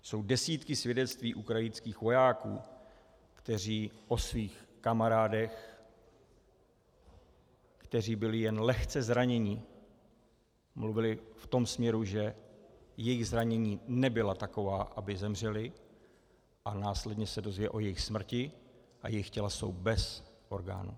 Jsou desítky svědectví ukrajinských vojáků, kteří o svých kamarádech, kteří byli jen lehce zraněni, mluvili v tom směru, že jejich zranění nebyla taková, aby zemřeli, a následně se dozvěděli o jejich smrti a jejich těla jsou bez orgánů.